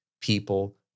People